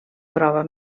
prova